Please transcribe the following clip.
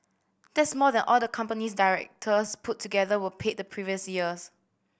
that's more than all the company's directors put together were paid the previous year